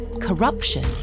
corruption